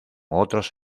otros